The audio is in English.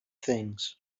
things